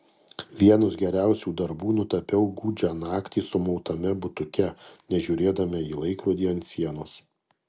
vienus geriausių darbų nutapiau gūdžią naktį sumautame butuke nežiūrėdama į laikrodį ant sienos